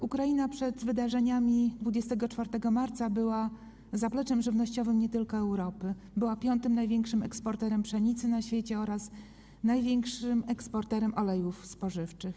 Ukraina przed wydarzeniami 24 marca była zapleczem żywnościowym nie tylko Europy, była piątym największym eksporterem pszenicy na świecie oraz największym eksporterem olejów spożywczych.